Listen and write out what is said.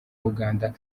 uganda